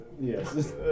Yes